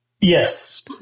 Yes